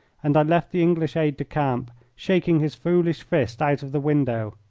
and i left the english aide-de-camp shaking his foolish fist out of the window.